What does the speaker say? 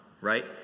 right